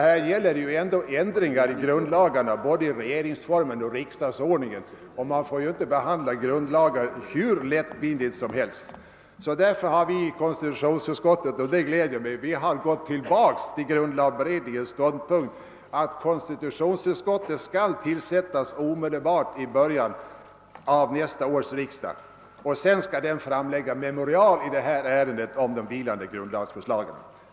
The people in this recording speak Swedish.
Här gäller det ändå ändringar i grundlagarna — regeringsformen och riksdagsordningen — och man får inte behandla grundiagar hur lättvindigt som helst. Det gläder mig därför att vi i konstitutionsutskottet har gått tillbaka till grundlagberedningens ståndpunkt, att konstitutionsutskottet skall: tillsättas omedelbart i början av nästa års riksdag och att denna sedan skall framlägga mcemorial i ärendet om de vilande grundlagförslagen.